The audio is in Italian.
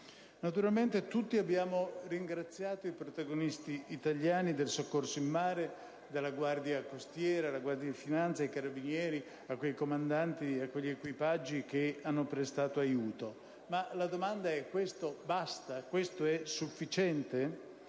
Naturalmente, tutti abbiamo ringraziato i protagonisti italiani del soccorso in mare (Guardia costiera, Guardia di finanza e Carabinieri) e i comandanti e gli equipaggi che hanno prestato aiuto, ma la domanda è: questo basta ed è sufficiente,